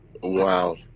Wow